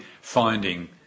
finding